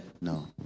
No